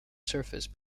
surface